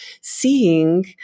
seeing